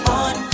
on